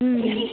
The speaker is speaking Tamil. ம்